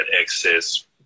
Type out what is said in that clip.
excess